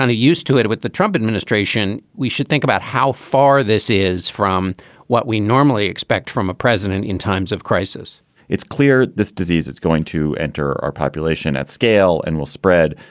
and used to it it with the trump administration. we should think about how far this is from what we normally expect from a president in times of crisis it's clear this disease is going to enter our population at scale and will spread.